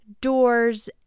doors